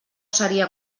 seria